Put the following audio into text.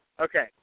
Okay